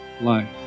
life